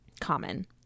common